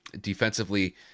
defensively